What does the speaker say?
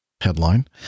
headline